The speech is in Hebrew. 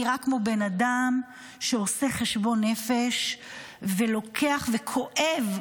הוא נראה כמו בן אדם שעושה חשבון נפש ולוקח וכואב,